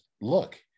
look